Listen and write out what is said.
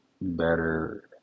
better